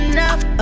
Enough